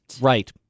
Right